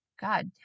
God